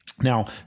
Now